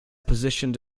positioned